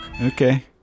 Okay